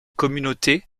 communautés